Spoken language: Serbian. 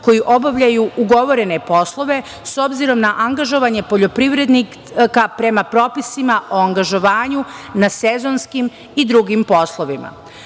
koji obavljaju ugovorene poslove, s obzirom na angažovanje poljoprivrednika prema propisima o angažovanju na sezonskim i drugim poslovima. Takođe,